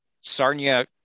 Sarnia